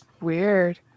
weird